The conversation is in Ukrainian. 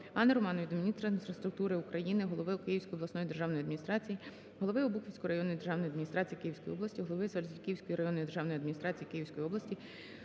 Анни Романової до міністра інфраструктури України, голови Київської обласної державної адміністрації, голови Обухівської районної державної адміністрації Київської області, голови Васильківської районної державної адміністрації Київської області